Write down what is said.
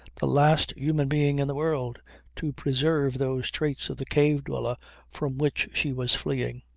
the last human being in the world to preserve those traits of the cave-dweller from which she was fleeing.